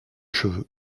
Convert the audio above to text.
cheveux